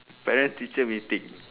parents teacher meeting